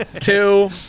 Two